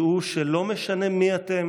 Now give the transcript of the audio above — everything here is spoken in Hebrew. דעו שלא משנה מי אתם